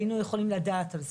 היינו יכולים לדעת על זה.